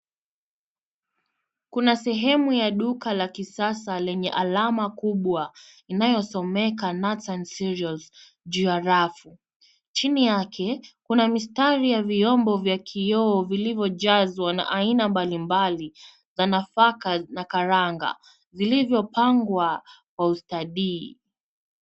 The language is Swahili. Kuna sehemu ya duka la kisasa lenye alama kubwa inayosomeka nuts and cereals juu ya rafu. Chini yake, kuna mistari ya vyombo vya kioo vilivyojaa na aina mbalimbali za nafaka na karanga vilivyopangwa kwa ustadi.